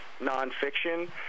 nonfiction